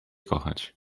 kochać